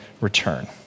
return